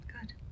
Good